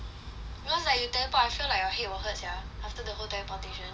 cause like you teleport right I feel like your head will hurt sia after the whole teleportation then